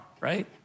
right